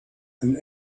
and